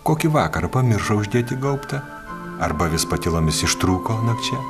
kokį vakarą pamiršo uždėti gaubtą arba avis patylomis ištrūko nakčia